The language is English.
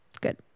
Good